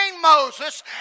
Moses